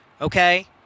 okay